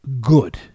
good